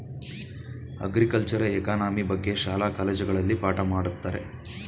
ಅಗ್ರಿಕಲ್ಚರೆ economy ಬಗ್ಗೆ ಶಾಲಾ ಕಾಲೇಜುಗಳಲ್ಲಿ ಪಾಠ ಮಾಡತ್ತರೆ